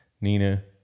Nina